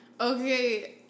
okay